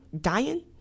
dying